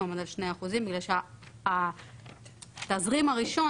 הוא עמד על 2% בגלל שהתזרים הראשון